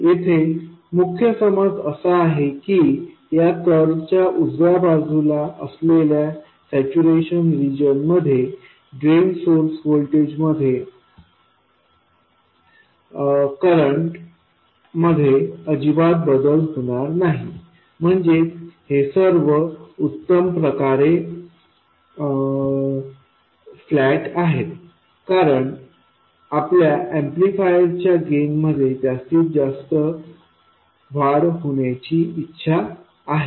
येथे मुख्य समज असा आहे की या कर्व च्या उजव्या बाजूला असलेल्या सॅच्यूरेशन रिजन मध्ये ड्रेन सोर्स व्होल्टेज मध्ये करंट मध्ये अजिबात बदल होणार नाही म्हणजेच हे सर्व कर्व उत्तम प्रकारे सपाट आहेत कारण आपल्या ऍम्प्लिफायर च्या गेन मध्ये जास्तीत जास्त वाढ होण्याची इच्छा आहे